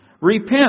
Repent